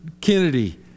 Kennedy